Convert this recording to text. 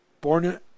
born